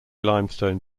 limestone